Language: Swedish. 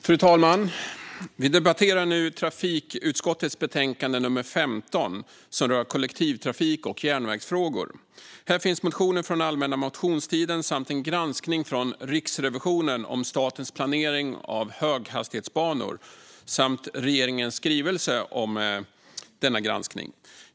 Fru talman! Vi debatterar nu trafikutskottets betänkande nr 15, som rör järnvägs och kollektivtrafikfrågor. Här finns motioner från allmänna motionstiden, en granskning från Riksrevisionen om statens planering av höghastighetsbanor samt regeringens skrivelse om denna granskning.